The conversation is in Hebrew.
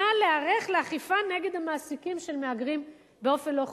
נא להיערך לאכיפה נגד המעסיקים של מהגרים באופן לא חוקי.